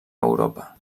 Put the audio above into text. europa